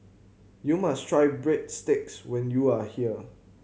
you must try Breadsticks when you are here